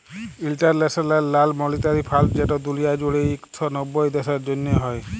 ইলটারল্যাশ লাল মালিটারি ফাল্ড যেট দুলিয়া জুইড়ে ইক শ নব্বইট দ্যাশের জ্যনহে হ্যয়